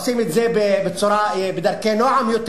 עושים את זה בדרכי נועם יותר.